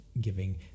giving